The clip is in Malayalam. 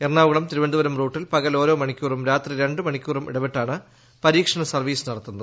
എറണാകുളം തിരുവനന്തപൂരം റൂട്ടിൽ പകൽ ഓരോ മണിക്കൂറും രാത്രി രണ്ടു മണിക്കൂറും ഇടവിട്ടാണ് പരീക്ഷണ സർവീസ് നടത്തുന്നത്